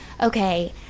okay